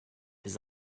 his